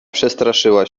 przestraszyła